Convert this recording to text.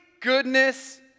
goodness